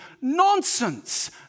Nonsense